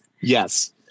Yes